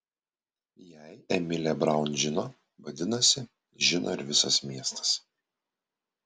jei emilė braun žino vadinasi žino ir visas miestas